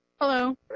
Hello